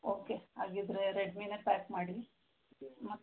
okay ಹಾಗಿದ್ದರೆ ರೆಡ್ಮಿನೇ pack ಮಾಡಿ ಮತ್ತು